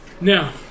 Now